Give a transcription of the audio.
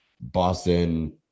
Boston